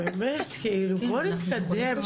בוא נתקדם,